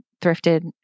thrifted